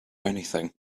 anything